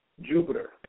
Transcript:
Jupiter